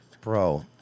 bro